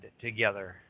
together